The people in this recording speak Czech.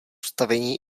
stavení